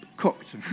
cooked